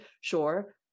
sure